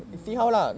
mm